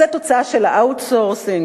זו תוצאה של ה-outsourcing,